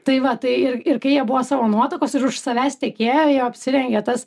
tai va tai ir ir kai jie buvo savo nuotakos ir už savęs tekėjo jie apsirengė tas